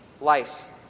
life